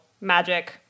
magic